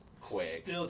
quick